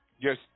Yes